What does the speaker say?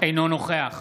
אינו נוכח